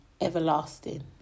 everlasting